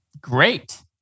great